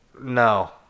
No